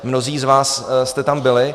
Mnozí z vás jste tam byli.